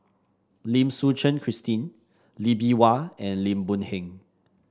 Lim Suchen Christine Lee Bee Wah and Lim Boon Heng